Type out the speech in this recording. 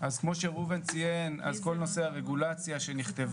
אז כמו שראובן ציין אז כל נושא הרגולציה שנכתבה,